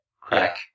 Crack